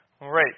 Right